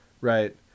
right